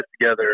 together